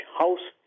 house